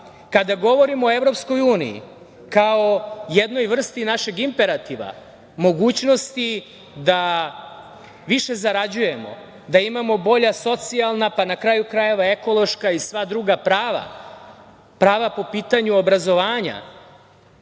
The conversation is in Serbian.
kada govorimo o EU kao jednoj vrsti našeg imperativa, mogućnosti da više zarađujemo, da imamo bolja socijalna, pa na kraju krajeva, ekološka i sva druga prava, prava po pitanju obrazovanja